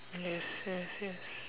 yes yes yes